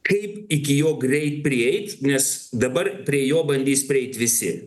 kaip iki jo greit prieit nes dabar prie jo bandys prieit visi